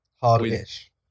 Hard-ish